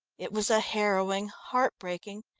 it was a harrowing, heart-breaking,